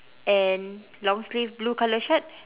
and long sleeve blue colour shirt